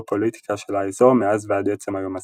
הגאופוליטיקה של האזור מאז ועד עצם היום הזה.